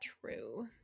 True